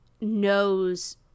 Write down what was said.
knows